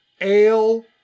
ale